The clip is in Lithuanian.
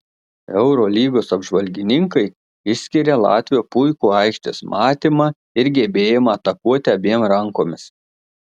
eurolygos apžvalgininkai išskiria latvio puikų aikštės matymą ir gebėjimą atakuoti abiem rankomis